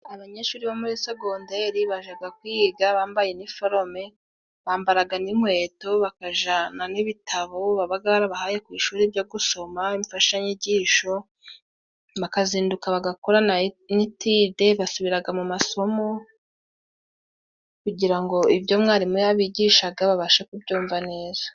Abanyeshuri bo muri segonderi bajaga kwiga bambaye iniforome. Bambaraga n'inkweto bakajana n'ibitabo babaga barabahaye ku ishuri byo gusoma, imfashanyigisho, bakazinduka bagakora na etide . Basubiraga mu masomo kugira ngo ibyo mwarimu yabigishaga babashe kubyumva neza.